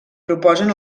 proposen